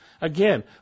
Again